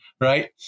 Right